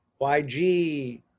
YG